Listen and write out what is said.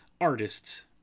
artists